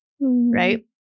right